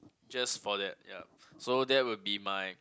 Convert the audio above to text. just for that yup so that will be my